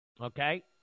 okay